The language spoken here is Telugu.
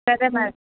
సరే మేడం